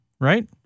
right